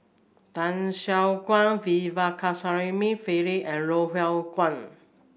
Tan Siah Kwee V Pakirisamy Pillai and Loh Hoong Kwan